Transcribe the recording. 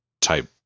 type